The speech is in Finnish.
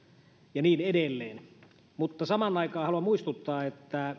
ja niin edelleen samaan aikaan haluan muistuttaa että